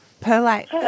Perlite